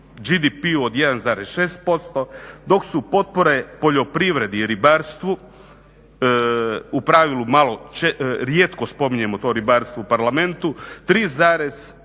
BDP-u od 1,6% dok su potpore poljoprivredi i ribarstvu u pravilu malo, rijetko spominjemo to ribarstvo u Parlamentu 3,5